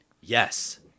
Yes